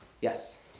Yes